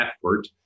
effort